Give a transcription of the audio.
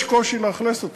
יש קושי לאכלס אותן.